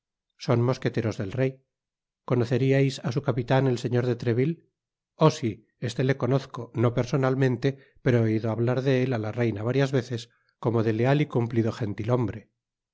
son mosqueteros del rey conoceriais á su capitan el señor de treville oh si éste le conozco no personalmente pero he oido hablar de él á la reina varias veces como de leal y cumplido